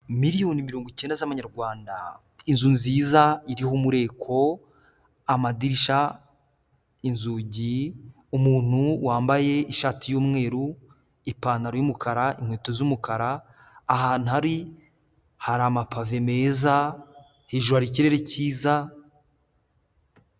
Miliyoni mirongo icyenda z'amanyarwanda inzu nziza iriho umureko amadirisha inzugi umuntu wambaye ishati y'umweru ipantaro yumukara inkweto z'umukara ahantu hari hari amapave meza hejuru hari ikirere cyiza.